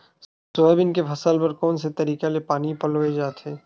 Soybean के फसल बर कोन से तरीका ले पानी पलोय जाथे?